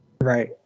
Right